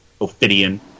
Ophidian